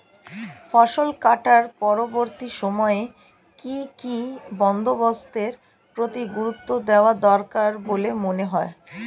ফসল কাটার পরবর্তী সময়ে কি কি বন্দোবস্তের প্রতি গুরুত্ব দেওয়া দরকার বলে মনে হয়?